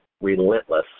relentless